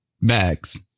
bags